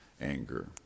anger